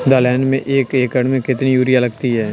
दलहन में एक एकण में कितनी यूरिया लगती है?